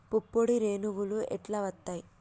పుప్పొడి రేణువులు ఎట్లా వత్తయ్?